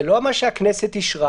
זה לא מה שהכנסת אישרה.